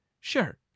Sure